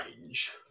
range